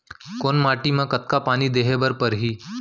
कोन माटी म कतका पानी देहे बर परहि?